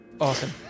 Awesome